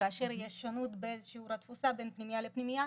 כאשר יש שונות בשיעור התפוסה בין פנימייה לפנימייה,